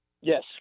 Yes